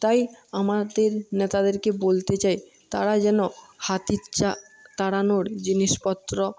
তাই আমাদের নেতাদেরকে বলতে চাই তারা যেন হাতি তাড়ানোর জিনিসপত্র